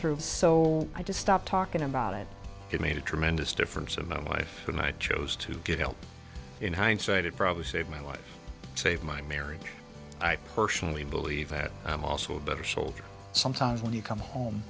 through so i just stopped talking about it it made a tremendous difference in my life when i chose to get help in hindsight it probably saved my life save my marriage i personally believe that i'm also a better soldier sometimes when you come home